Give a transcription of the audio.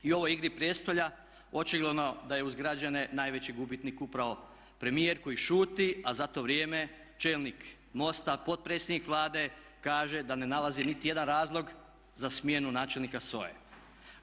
I u ovoj igri prijestolja očigledno da je uz građane najveći gubitnik upravo premijer koji šuti a za to vrijeme čelnik MOST-a, potpredsjednik Vlade kaže da ne nalazi niti jedan razlog za smjenu načelnika SOA-e.